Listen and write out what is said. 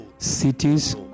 Cities